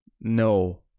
no